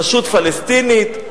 רשות פלסטינית,